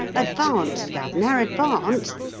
advanced, gov'nor, advanced,